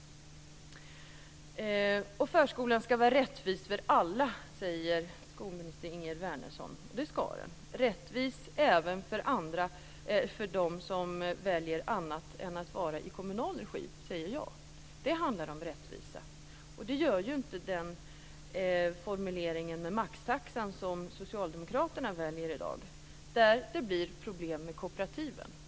Förskolan ska vara rättvis för alla, säger skolminister Ingegerd Wärnersson. Och det ska den, rättvis även för dem som väljer att vara i en förskola som inte är i kommunal regi, säger jag. Det handlar om rättvisa. Det gör inte den formulering om maxtaxan som socialdemokraterna i dag väljer. Med den blir det problem för kooperativen.